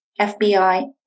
FBI